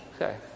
Okay